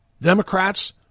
Democrats